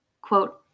Quote